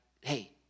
hey